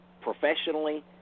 professionally